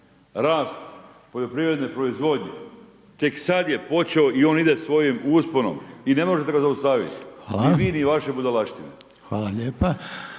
Rast poljoprivredne proizvodnje tek sad je počeo i on ide svojim usponom i ne možete ga zaustaviti, ni vi ni vaše budalaštine. **Reiner,